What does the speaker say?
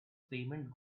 payment